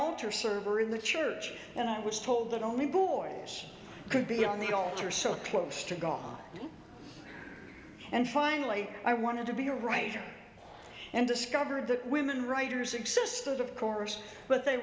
altar server in the church and i was told that only boils could be on the altar so close to god and finally i wanted to be a writer and discovered that women writers exist of course but they